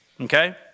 okay